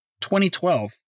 2012